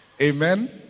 Amen